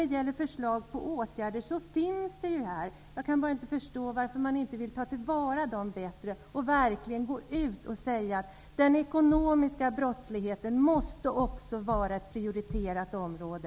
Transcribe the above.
Det finns förslag till åtgärder. Jag kan bara inte förstå varför regeringen inte tar dem bättre till vara och verkligen går ut och säger att den ekonomiska brottsligheten också måste vara ett prioriterat område.